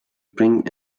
bring